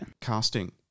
Casting